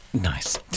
Nice